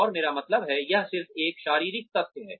और मेरा मतलब है यह सिर्फ एक शारीरिक तथ्य है